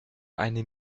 eine